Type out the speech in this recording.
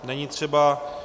Není třeba.